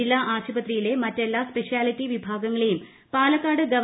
ജില്ലാ ആർശുപത്രിയിലെ മറ്റെല്ലാ സ്പെഷ്യാലിറ്റി വിഭാഗങ്ങളെയും പ്രൂല്ക്കാട് ഗവ